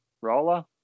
roller